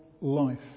life